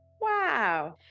wow